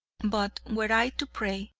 but were i to pray,